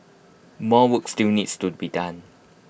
more work still needs to be done